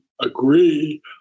agree